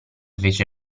fece